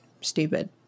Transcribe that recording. stupid